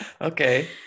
Okay